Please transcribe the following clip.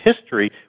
history